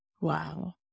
Wow